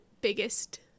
biggest